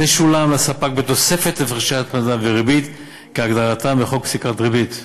תשולם לספק בתוספת הפרשי הצמדה וריבית כהגדרתם בחוק פסיקת ריבית והצמדה.